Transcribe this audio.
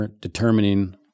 determining